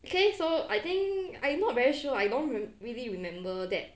okay so I think I not very sure I don't really remember that